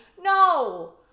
No